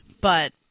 but-